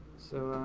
so.